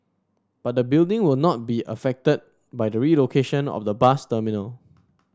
but the building will not be affected by the relocation of the bus terminal